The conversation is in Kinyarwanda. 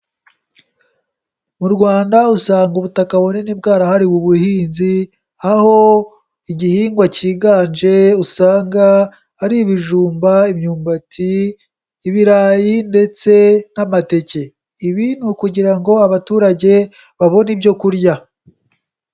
Mu Rwanda usanga ubutaka bunini bwarahariwe ubuhinzi, aho igihingwa cyiganje usanga ari ibijumba, imyumbati, ibirayi ndetse n'amateke. Ibi ni ukugira ngo abaturage babone ibyo kurya.